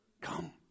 come